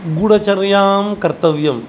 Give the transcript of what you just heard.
गूडचर्यां कर्तव्यं